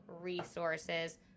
resources